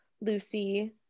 Lucy